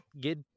Get